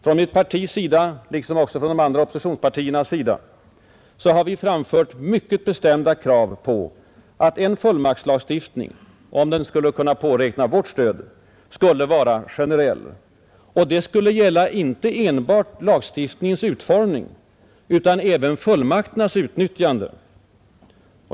Från mitt partis sida — liksom från de andra oppositionspartiernas sida — har mycket bestämda krav framförts på att en fullmaktslagstiftning, om den skulle kunna påräkna vårt stöd, skulle vara generell. Och det skulle gälla inte enbart lagstiftningens utformning utan även fullmakternas utnyttjande.